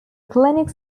clinic